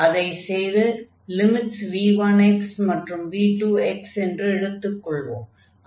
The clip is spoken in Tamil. அதைச் செய்து லிமிட்ஸ் v1 மற்றும் v2 என்று எடுத்துக் கொள்வோம்